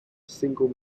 single